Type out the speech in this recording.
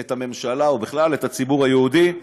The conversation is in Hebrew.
את הממשלה או בכלל את הציבור היהודי.